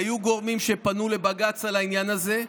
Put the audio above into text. היו גורמים שפנו לבג"ץ על העניין הזה.